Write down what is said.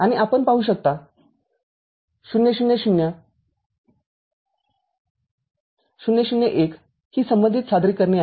आणि आपण पाहू शकता०००००१ - ही संबंधित सादरीकरणे आहेत